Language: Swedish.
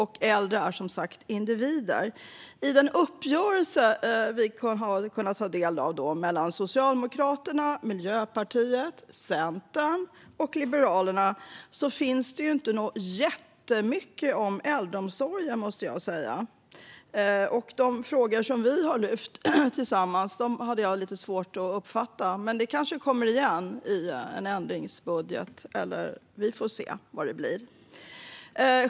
Äldre är som sagt individer. I den uppgörelse mellan Socialdemokraterna, Miljöpartiet, Centern och Liberalerna som vi har kunnat ta del av finns det inte jättemycket om äldreomsorgen. De frågor som vi tillsammans har lyft upp har jag haft lite svårt att uppfatta, men det kanske kommer igen i en ändringsbudget. Vi får se hur det blir.